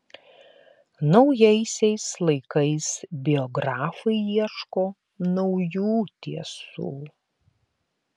naujaisiais laikais biografai ieško naujų tiesų